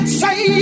say